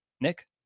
nick